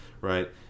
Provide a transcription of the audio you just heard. right